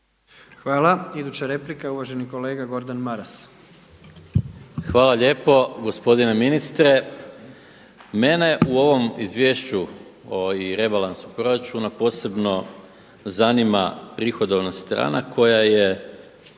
Hvala. Iduća replika je uvaženi kolega Gordan Maras. **Maras, Gordan (SDP)** Hvala lijepo. Gospodine ministre, mene u ovom izvješću o rebalansu proračuna posebno zanima prihodovna strana koja je